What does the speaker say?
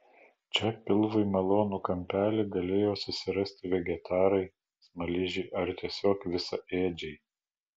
čia pilvui malonų kampelį galėjo susirasti vegetarai smaližiai ar tiesiog visaėdžiai